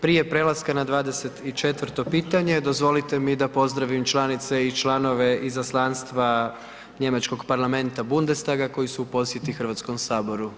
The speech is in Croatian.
Prije prelaska na 24. pitanje dozvolite mi da pozdravim članice i članove Izaslanstva njemačkog parlamenta Bundestaga koji su u posjeti Hrvatskom saboru.